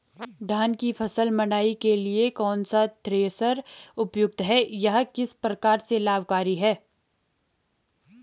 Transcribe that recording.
धान की फसल मड़ाई के लिए कौन सा थ्रेशर उपयुक्त है यह किस प्रकार से लाभकारी है?